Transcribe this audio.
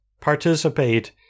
participate